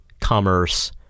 commerce